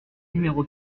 numéro